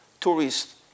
tourists